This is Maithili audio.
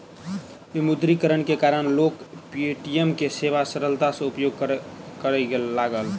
विमुद्रीकरण के कारण लोक पे.टी.एम के सेवा सरलता सॅ उपयोग करय लागल